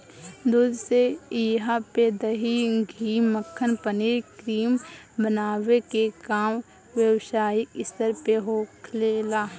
दूध से इहा पे दही, घी, मक्खन, पनीर, क्रीम बनावे के काम व्यवसायिक स्तर पे होखेला